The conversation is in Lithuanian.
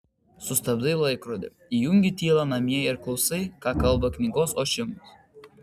sustabdai laikrodį įjungi tylą namie ir klausai ką kalba knygos ošimas